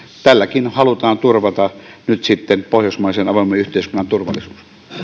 tälläkin halutaan turvata nyt sitten pohjoismaisen avoimen yhteiskunnan turvallisuus